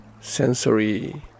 sensory